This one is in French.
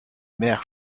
mers